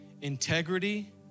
integrity